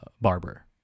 barber